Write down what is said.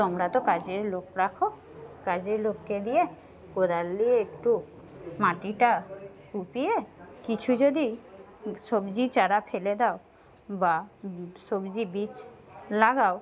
তোমরা তো কাজের লোক রাখো কাজের লোককে দিয়ে কোদাল দিয়ে একটু মাটিটা কুপিয়ে কিছু যদি সবজি চারা ফেলে দাও বা সবজি বীজ লাগাও